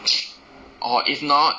or if not